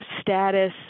status